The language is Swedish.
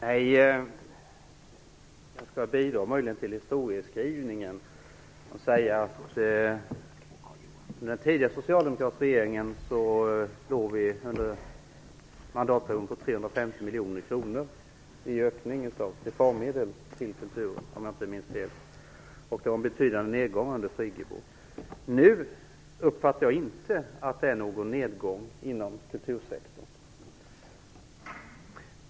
Herr talman! Jag bidrar möjligen till historieskrivningen genom att säga att under den förra socialdemokratiska regeringen fick vi en ökning på 350 miljoner kronor av anslagen till kulturen, om jag inte minns fel. Det var en nedgång under Birgit Friggebos tid. Nu upplever jag inte någon nedgång inom kultursektorn.